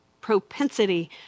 propensity